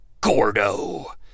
Gordo